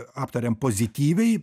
aptarėm pozityviai